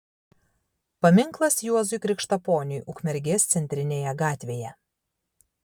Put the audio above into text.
paminklas juozui krikštaponiui ukmergės centrinėje gatvėje